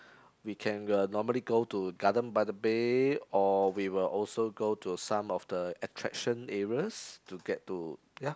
we can uh normally go to garden by the bay or we will also go to some of the attraction areas to get to